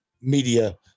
media